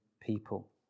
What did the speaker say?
people